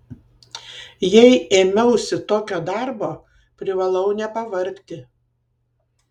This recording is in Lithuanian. jei ėmiausi tokio darbo privalau nepavargti